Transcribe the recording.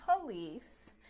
police